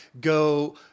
go –